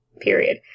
Period